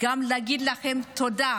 וגם להגיד לכם תודה.